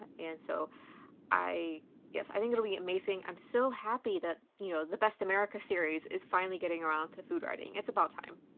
and so i yes i think it'll be amazing i'm so happy that you know the best america series is finally getting around to food writing. it's about time.